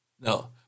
No